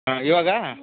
ಹಾಂ ಇವಾಗ